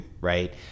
right